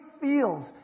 feels